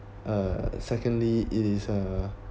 uh secondly it is uh